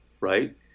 right